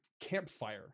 campfire